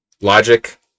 logic